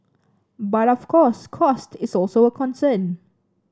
but of course cost is also a concern